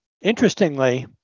Interestingly